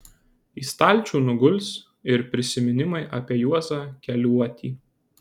į stalčių nuguls ir prisiminimai apie juozą keliuotį